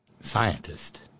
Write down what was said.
scientist